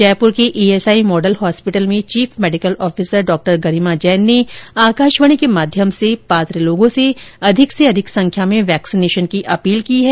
जयपुर के ESI model hospital में chief medical officer डॉ गरिमा जैन ने आकाशवाणी के माध्यम से पात्र लोगों से अधिक से अधिक संख्या में वैक्सीनेशन की अपील की है